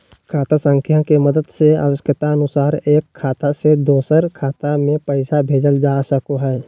खाता संख्या के मदद से आवश्यकता अनुसार एक खाता से दोसर खाता मे पैसा भेजल जा सको हय